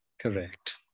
Correct